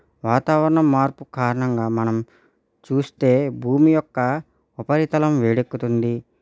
వాతావరణ మార్పు కారణంగా మనం చూస్తే భూమి యొక్క ఉపరితలం వేడెక్కుతుంది